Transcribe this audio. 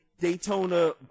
Daytona